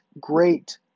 great